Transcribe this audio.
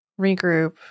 regroup